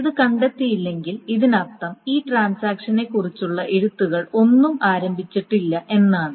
ഇത് കണ്ടെത്തിയില്ലെങ്കിൽ ഇതിനർത്ഥം ഈ ട്രാൻസാക്ഷനെക്കുറിച്ചുള്ള എഴുത്തുകൾ ഒന്നും ആരംഭിച്ചിട്ടില്ല എന്നാണ്